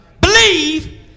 believe